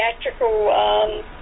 theatrical